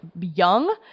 young